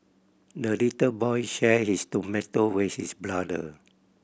the little boy shared his tomato with his brother